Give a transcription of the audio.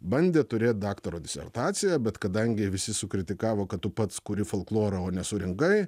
bandė turėt daktaro disertaciją bet kadangi visi sukritikavo kad tu pats kuri folklorą o nesurinkai